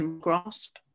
grasp